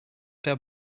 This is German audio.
der